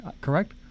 correct